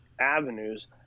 avenues